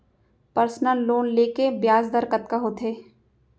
Personal loan ले के ब्याज दर कतका होथे?